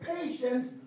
patience